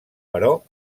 però